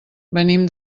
venim